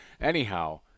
Anyhow